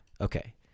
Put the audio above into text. Okay